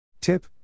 Tip